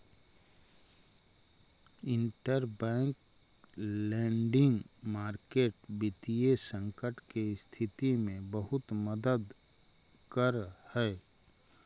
interbank lending market वित्तीय संकट के स्थिति में बहुत मदद करऽ हइ